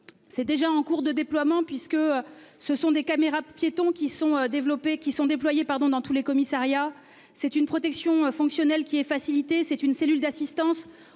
C'est déjà en cours de déploiement, puisque ce sont des caméras piétons qui sont développés qui sont déployés pardon dans tous les commissariats, c'est une protection fonctionnelle, qui est facilité c'est une cellule d'assistance